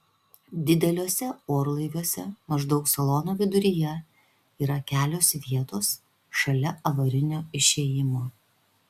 dideliuose orlaiviuose maždaug salono viduryje yra kelios vietos šalia avarinio išėjimo